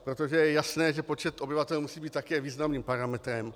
Protože je jasné, že počet obyvatel musí být také významným parametrem.